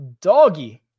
doggy